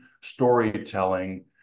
storytelling